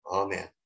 amen